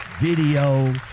video